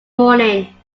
morning